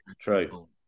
True